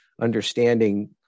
understanding